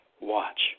watch